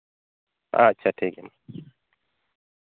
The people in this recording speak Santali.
ᱟᱪᱪᱷᱟ ᱴᱷᱤᱠ ᱜᱮᱭᱟ ᱢᱟ